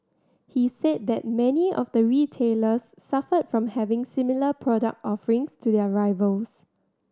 he said that many of the retailers suffered from having similar product offerings to their rivals